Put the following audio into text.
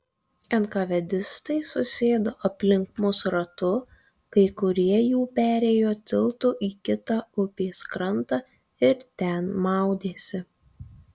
enkavedistai susėdo aplink mus ratu kai kurie jų perėjo tiltu į kitą upės krantą ir ten maudėsi